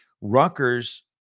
Rutgers